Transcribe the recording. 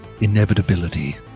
inevitability